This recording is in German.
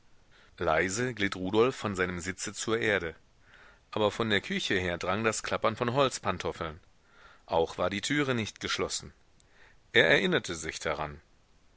leise glitt rudolf von seinem sitze zur erde aber von der küche her drang das klappern von holzpantoffeln auch war die türe nicht geschlossen er erinnerte sich daran